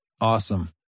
Awesome